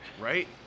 Right